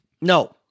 No